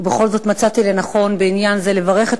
ובכל זאת מצאתי לנכון בעניין זה לברך את